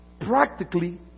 Practically